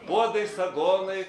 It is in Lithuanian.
puodai sagonai